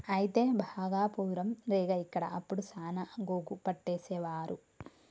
అయితే భాగపురం రేగ ఇక్కడ అప్పుడు సాన గోగు పట్టేసేవారు